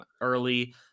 early